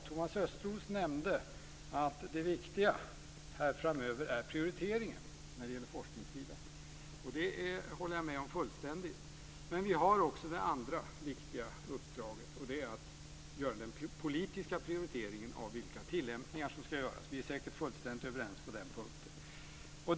Thomas Östros nämnde att det viktiga framöver är prioriteringen när det gäller forskningssidan. Det håller jag fullständigt med om. Men vi har också det andra viktiga uppdraget: att göra den politiska prioriteringen av vilka tillämpningar som ska göras. Vi är säkert fullständigt överens på den punkten.